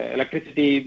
Electricity